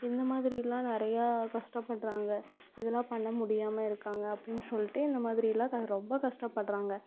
இந்த மாதிரில்லாம் நிறையா கஷ்டப்படுறாங்க இதல்லாம் பண்ண முடியாமல் இருக்காங்க அப்படின்னு சொல்லிட்டு இந்த மாதிரில்லாம் க ரொம்ப கஷ்டப்படுறாங்க